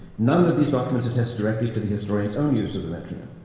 none of these documents attests directly to the historian's own use of the metronym.